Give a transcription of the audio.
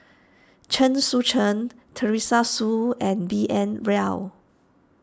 Chen Sucheng Teresa Hsu and B N Rao